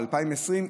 ב-2020,